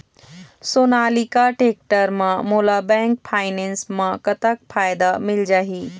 Sonalika tractor म मोला bank finance म कतक फायदा मिल जाही?